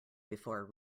before